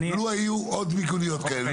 לו היו עוד מיגוניות כאלה,